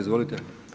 Izvolite.